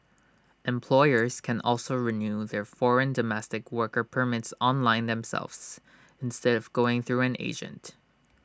employers can also renew their foreign domestic worker permits online themselves instead of going through an agent